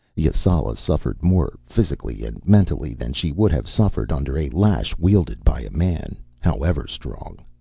yasala suffered more, physically and mentally, than she would have suffered under a lash wielded by a man, however strong.